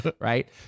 right